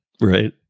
Right